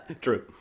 True